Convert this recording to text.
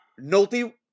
Nolte